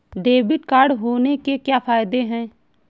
Debit card होने के क्या फायदे हैं?